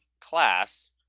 class